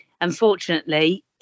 unfortunately